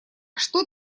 что